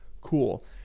Cool